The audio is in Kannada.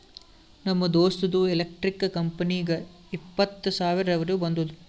ನಮ್ ದೋಸ್ತ್ದು ಎಲೆಕ್ಟ್ರಿಕ್ ಕಂಪನಿಗ ಇಪ್ಪತ್ತ್ ಸಾವಿರ ರೆವೆನ್ಯೂ ಬಂದುದ